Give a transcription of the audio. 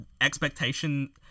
Expectation